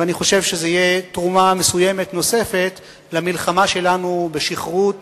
ואני חושב שזו תהיה תרומה מסוימת נוספת למלחמה שלנו בשכרות